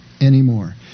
anymore